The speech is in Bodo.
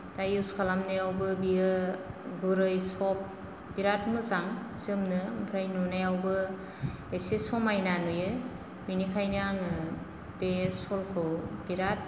दा इउज खालामनायावबो बियो गुरै सफ्त बिराद मोजां जोमनो ओमफ्राय नुनायावबो एसे समायना नुयो बेनिखायनो आङो बे शलखौ बिराद